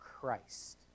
Christ